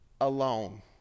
alone